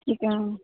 ਠੀਕ ਹੈ ਮੈਮ